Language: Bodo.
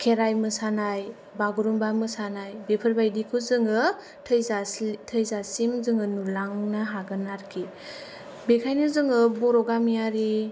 खेराइ मोसानाय बागुरुम्बा मोसानाय बेफोरबादिखौ जोङो थैजासिम जोङो नुलांनो हागोन आरोखि बेखायनो जोङो बर' गामियारि